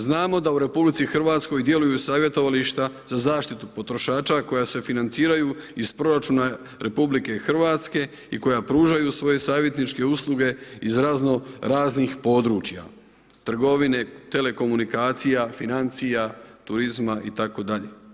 Znamo da u RH djeluju savjetovališta za zaštitu potrošača koja se financiraju iz proračuna RH i koja pružaju svoje savjetničke usluge iz razno-raznih područja – trgovine, telekomunikacija, financija, turizma itd.